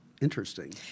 interesting